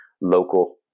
local